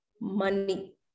money